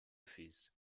öffis